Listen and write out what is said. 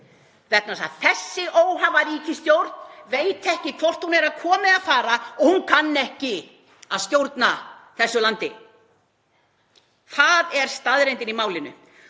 þessi óhæfa ríkisstjórn veit ekki hvort hún er að koma eða fara og hún kann ekki að stjórna landinu. Það er staðreyndin í málinu.